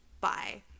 bye